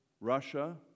Russia